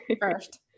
First